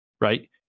right